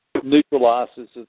Neutralizes